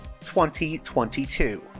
2022